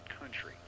country